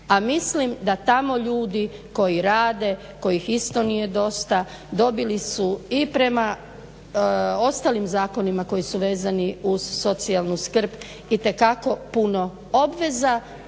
a mislim da tamo ljudi koji rade, kojih isto nije dosta dobili su i prema ostalim zakonima koji su vezani uz socijalnu skrb itekako puno obveza